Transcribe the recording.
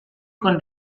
con